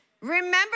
Remember